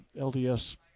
LDS